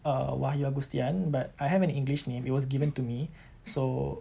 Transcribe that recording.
err wahayu agustian but I have an english name it was given to me so